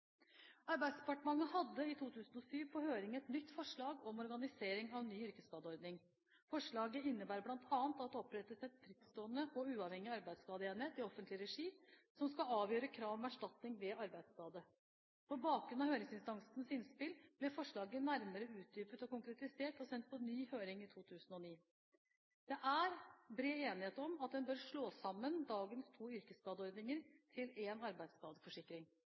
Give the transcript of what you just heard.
Arbeidsdepartementet hadde i 2007 på høring et nytt forslag om organisering av ny yrkesskadeordning. Forslaget innebærer blant annet at det opprettes en frittstående og uavhengig arbeidsskadeenhet i offentlig regi som skal avgjøre krav om erstatning ved arbeidsskade. På bakgrunn av høringsinstansenes innspill ble forslaget nærmere utdypet og konkretisert og sendt på ny høring i 2009. Det er bred enighet om at en bør slå sammen dagens to yrkesskadeordninger til